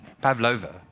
pavlova